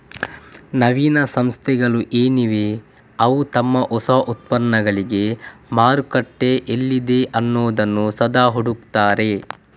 ನವೀನ ಸಂಸ್ಥೆಗಳು ಏನಿವೆ ಅವು ತಮ್ಮ ಹೊಸ ಉತ್ಪನ್ನಗಳಿಗೆ ಮಾರುಕಟ್ಟೆ ಎಲ್ಲಿದೆ ಅನ್ನುದನ್ನ ಸದಾ ಹುಡುಕ್ತಾರೆ